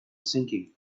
sinking